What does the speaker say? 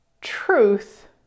truth